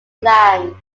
land